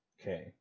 Okay